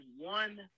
one